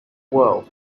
world